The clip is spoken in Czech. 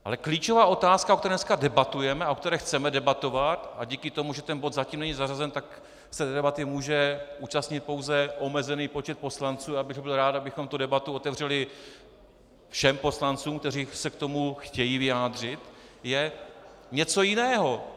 Ale klíčová otázka, o které dnes debatujeme a o které chceme debatovat a díky tomu, že ten bod zatím není zařazen, tak se debaty může účastnit pouze omezený počet poslanců, a já bych byl rád, abychom tu debatu otevřeli všem poslancům, kteří se k tomu chtějí vyjádřit , je něco jiného.